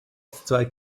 zwei